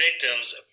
victims